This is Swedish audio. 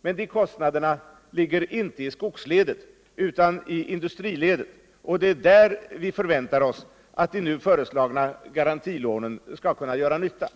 Men de kostnaderna ligger inte i skogsledet utan i industriledet, och det är där vi förväntar oss att de nu föreslagna garantilånen skall kunna göra nytta.